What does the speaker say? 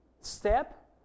step